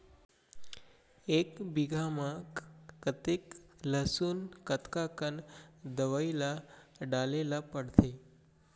एक बीघा में कतेक लहसुन कतका कन दवई ल डाले ल पड़थे?